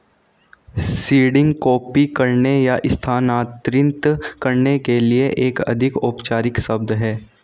seeding copy करने या स्थानांतरित करने के लिए एक अधिक औपचारिक शब्द है